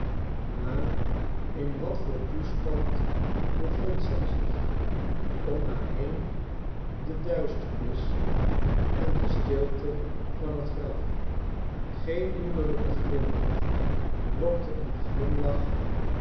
maar in wat voor toestand bevond zij zich om haar heen de duisternis en de stilte van t graf geen moederlijke glimlach lokte een glimlach